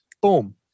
Boom